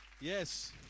yes